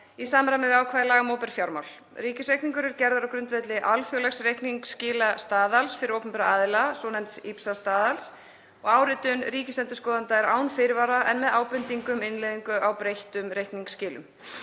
í samræmi við ákvæði laga um opinber fjármál. Ríkisreikningur er gerður á grundvelli alþjóðlegs reikningsskilastaðals fyrir opinbera aðila, svonefnds IPSAS-staðals og áritun ríkisendurskoðanda er án fyrirvara en með ábendingu um innleiðingu á breyttum reikningsskilum.